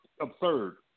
absurd